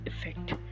effect